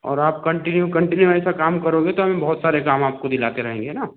और आप continue continue ऐसा काम करोगे तो हम बहुत सारे काम आपको दिलाते रहेंगे है न